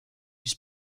mis